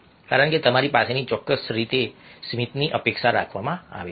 કારણ કે તમારી પાસેથી ચોક્કસ રીતે સ્મિતની અપેક્ષા રાખવામાં આવે છે